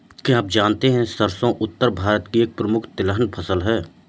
क्या आप जानते है सरसों उत्तर भारत की एक प्रमुख तिलहन फसल है?